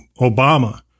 Obama